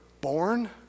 born